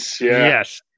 Yes